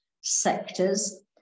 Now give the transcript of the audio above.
sectors